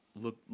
look